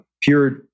pure